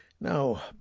Now